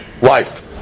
wife